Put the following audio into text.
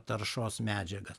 taršos medžiagas